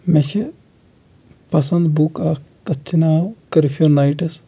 مےٚ چھِ پَسنٛد بُک اَکھ تَتھ چھِ ناو کٔرفیوٗ نایٹٕس